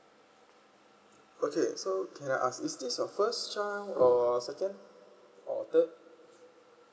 okay so can I ask is this your first child or second or third